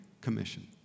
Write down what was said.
Commission